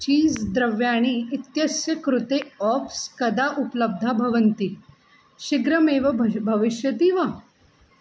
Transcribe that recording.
cheese द्रव्याणि इत्यस्य कृते आफ़्स् कदा उपलब्धं भवन्ति शीघ्रमेव भज् भविष्यति वा